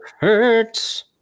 Hurts